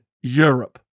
Europe